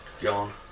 Gone